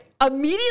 immediately